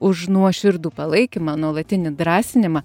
už nuoširdų palaikymą nuolatinį drąsinimą